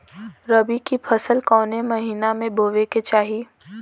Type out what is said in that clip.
रबी की फसल कौने महिना में बोवे के चाही?